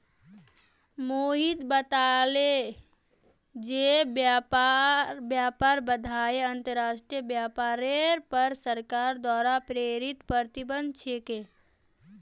मोहित बताले जे व्यापार बाधाएं अंतर्राष्ट्रीय व्यापारेर पर सरकार द्वारा प्रेरित प्रतिबंध छिके